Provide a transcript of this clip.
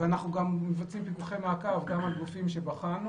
אנחנו מבצעים פיקוחי מעקב גם על גופים שבחנו